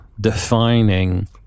defining